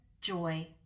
joy